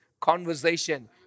Conversation